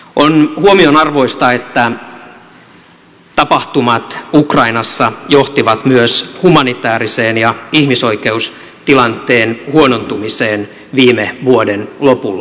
on huomionarvoista että tapahtumat ukrainassa johtivat myös humanitäärisen ja ihmisoikeustilanteen huonontumiseen viime vuoden lopulla